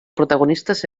protagonistes